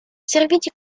serviti